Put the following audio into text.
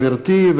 גברתי,